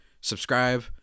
subscribe